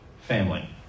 family